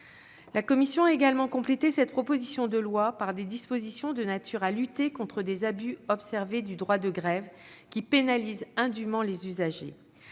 La commission a également complété cette proposition de loi par des dispositions de nature à lutter contre certains abus constatés en matière d'exercice du droit de grève qui pénalisent indûment les usagers.